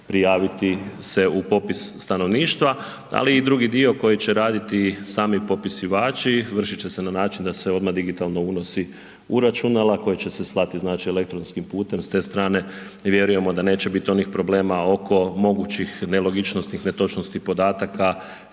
prijaviti se u popis stanovništava, ali i drugi dio koji će raditi sami popisivači vršit će se na način da se odmah digitalno unosi u računala koje će se slati znači elektronskim putem, s te strane vjerujemo da neće biti onih problema oko mogućih nelogičnosti, netočnosti podataka